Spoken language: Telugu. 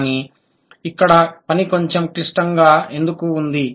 కాబట్టి ఇక్కడ పని కొంచెం క్లిష్టంగా ఎందుకు ఉంది